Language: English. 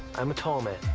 i'm a tall man.